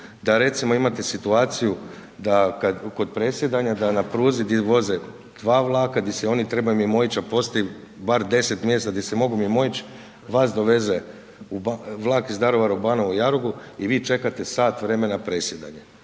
da recimo imate situaciju da kod presjedanja da na pruzi di voze dva vlaka, di se oni trebaju mimoići a postoji bar 10 mjesta di se mogu mimoić, vas doveze iz Daruvara u Banovu Jarugu i vi čekate sat vremena presjedanje.